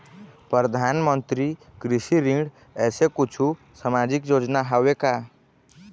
परधानमंतरी कृषि ऋण ऐसे कुछू सामाजिक योजना हावे का?